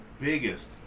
biggest